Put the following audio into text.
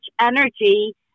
energy